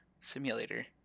simulator